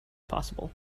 possible